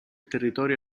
territorio